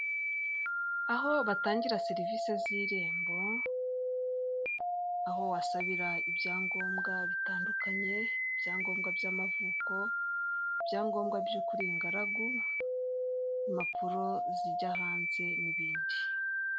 Aho batangira serivisi z'irembo, aho wasabira ibyangombwa bitandukanye. Ibyangombwa by'amavuko, ibyangombwa by'uko uri ingaragu, impapuro zijya hanze n'ibindi.